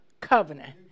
covenant